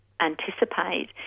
anticipate